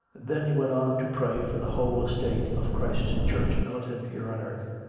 then he went on to pray for the whole estate of christ's church militant here on earth,